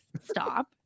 Stop